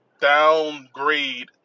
downgrade